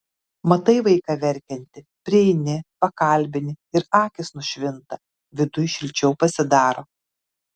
matai vaiką verkiantį prieini pakalbini ir akys nušvinta viduj šilčiau pasidaro